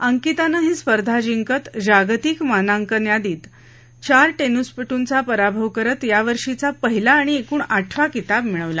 अंकितानं ही स्पर्धा जिंकत जागतिक मानांकित चार टेनिसपटूंचा पराभव करत यावर्षीचा पहिला आणि एकूण आठवा किताब मिळवला